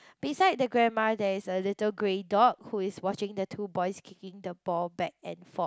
beside the grandma there is a little grey dog who is watching the two boys kicking the ball back and forth